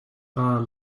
are